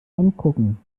angucken